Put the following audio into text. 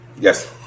Yes